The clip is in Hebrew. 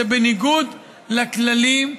זה בניגוד לכללים,